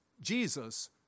Jesus